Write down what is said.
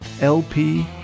LP